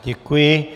Děkuji.